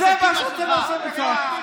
זה מה שאתם רוצים לעשות כאן?